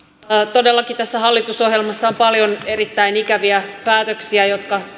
todellakin tässä hallitusohjelmassa on paljon erittäin ikäviä päätöksiä jotka